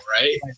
Right